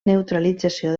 neutralització